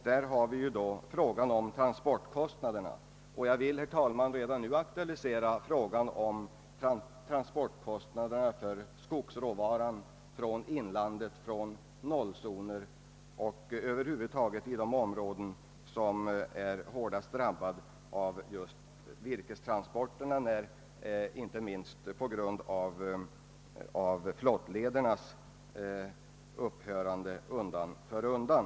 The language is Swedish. Här kommer också frågan om transportkostnaderna in i bilden, och jag vill, herr talman, redan nu aktualisera spörsmålet om kostnaderna för transport av skogsråvaran från inlandet, från nollzoner, och över huvud taget från områden som drabbats hårdast när det gäller virkestransporter — inte minst till följd av flottledernas upphörande undan för undan.